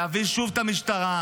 להביא שוב את המשטרה,